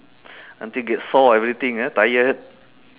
until get sore everything ah tired